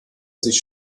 sich